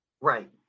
Right